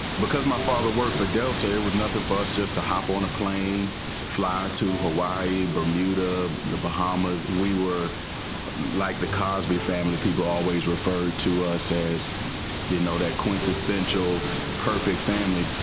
because my father worked for delta, it was nothing for us just to hop on a plane and fly to hawaii, bermuda, the bahamas. we were like the cosby family. people always referred to us as you know the quintessential perfect family.